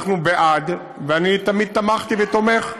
אנחנו בעד, ואני תמיד תמכתי ותומך.